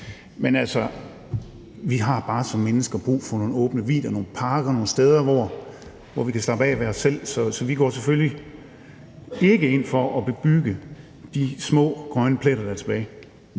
Men altså, vi har bare som mennesker brug for nogle åbne vidder, nogle parker og nogle steder, hvor vi kan slappe af og være os selv. Så vi går selvfølgelig ikke ind for at bebygge de små grønne pletter, der er tilbage.